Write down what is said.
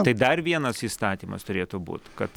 tai dar vienas įstatymas turėtų būti kad